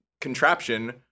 contraption